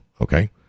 okay